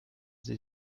sie